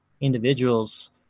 individuals